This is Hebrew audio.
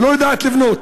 ולא יודעת לבנות.